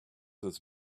his